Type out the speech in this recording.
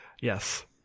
Yes